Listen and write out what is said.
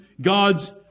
God's